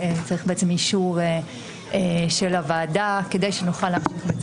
צריך אישור של הוועדה כדי שנוכל להמשיך.